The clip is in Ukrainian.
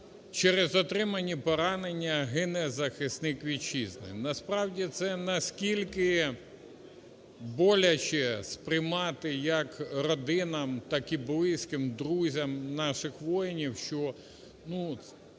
через отримані поранення гине захисник Вітчизни. Насправді це настільки боляче сприймати як і родинам, там і близьким, друзям наших воїнів, що,